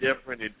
different